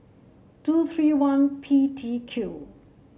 two three one P T Q